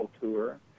tour